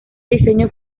diseño